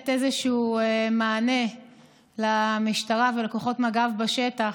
איזשהו מענה למשטרה ולכוחות מג"ב בשטח,